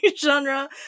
genre